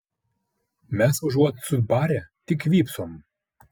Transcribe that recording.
mes užuot subarę tik vypsom